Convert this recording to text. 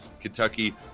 Kentucky